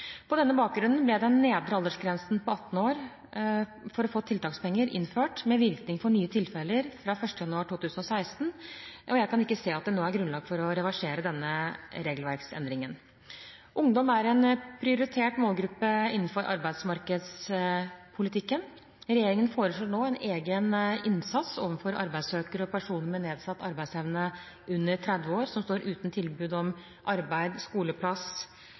På denne bakgrunn ble den nedre aldersgrensen på 18 år for å få tiltakspenger innført med virkning for nye tilfeller fra l. januar 2016. Jeg kan ikke se at det nå er noe grunnlag for å reversere denne regelverksendringen. Ungdom er en prioritert målgruppe innenfor arbeidsmarkedspolitikken. Regjeringen foreslår nå en egen innsats overfor arbeidssøkere og personer med nedsatt arbeidsevne under 30 år som står uten tilbud om arbeid, skoleplass